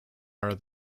are